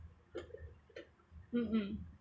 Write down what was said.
mmhmm